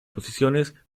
posiciones